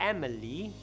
Emily